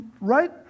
right